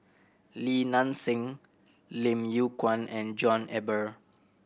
Li Nanxing Lim Yew Kuan and John Eber